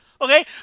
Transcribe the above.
Okay